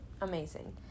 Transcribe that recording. amazing